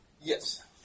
Yes